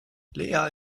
lea